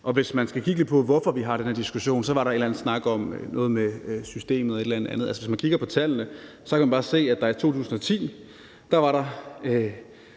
Man kan så kigge lidt på, hvorfor vi har den her diskussion, og der var så en eller anden snak om systemet eller noget andet, og hvis man kigger på tallene, kan man bare se, at der i 2010 var 2.324